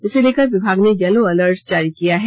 इसे लेकर विभाग ने यलो अलर्ट जारी किया है